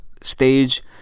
stage